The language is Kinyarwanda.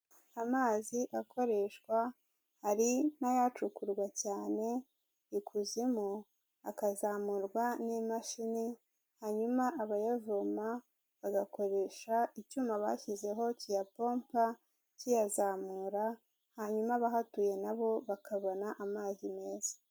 Amazi akoreshwa ari n'ayacukurwa cyane ikuzimu, akazamurwa n'imashini, hanyuma abayavoma bagakoresha icyuma bashyizeho kiyapompa kiyazamura, hanyuma abahatuye na bo bakabona amazi meza.